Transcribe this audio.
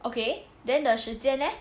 okay then the Shi Jian leh